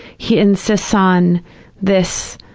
he insists on this,